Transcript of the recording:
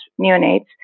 neonates